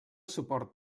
suport